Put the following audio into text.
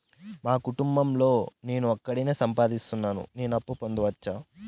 మా కుటుంబం లో నేను ఒకడినే సంపాదిస్తున్నా నేను అప్పు పొందొచ్చా